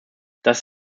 das